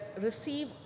receive